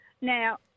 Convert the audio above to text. Now